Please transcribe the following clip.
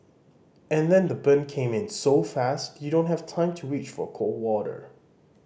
and then the burn came in so fast you don't have time to reach for cold water